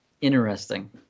Interesting